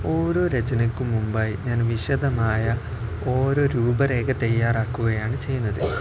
ഓരോ രചനയ്ക്കും മുമ്പായി ഞാൻ വിശദമായ ഓരോ രൂപരേഖ തയ്യാറാക്കുകയാണ് ചെയ്യുന്നത്